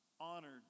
honored